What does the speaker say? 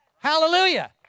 Hallelujah